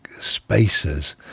spaces